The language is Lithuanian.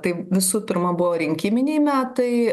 tai visų pirma buvo rinkiminiai metai